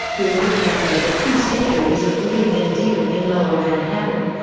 we'll look back over two centuries of wheeling and dealing in lower manhattan,